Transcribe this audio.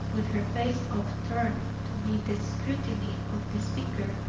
with her face upturned to meet the scrutiny of the speaker,